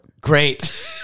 Great